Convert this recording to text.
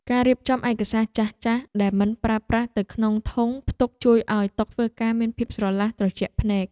ការរៀបចំឯកសារចាស់ៗដែលមិនប្រើប្រាស់ទៅក្នុងធុងផ្ទុកជួយឱ្យតុធ្វើការមានភាពស្រឡះត្រជាក់ភ្នែក។